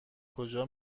کجا